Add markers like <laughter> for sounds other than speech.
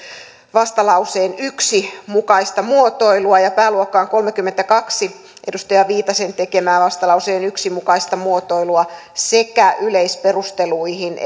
vastalauseen yksi mukaista muotoilua ja pääluokkaan kolmekymmentäkaksi edustaja viitasen tekemää vastalauseen yksi mukaista muotoilua sekä yleisperusteluihin <unintelligible>